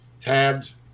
tabs